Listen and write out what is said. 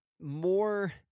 more